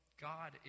God